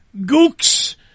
Gooks